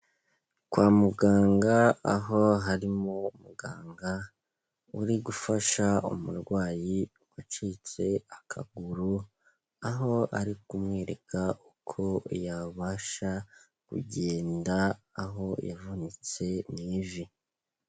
Kwa muganga aho harimo umuganga uri gufasha umurwayi wacitse akaguru, aho ari kumwereka uko yabasha kugenda aho yavunitse mu ivi.